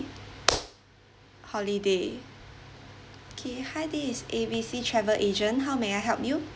holiday okay hi this is A B C travel agent how may I help you